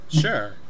Sure